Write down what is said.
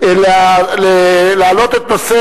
ואולם,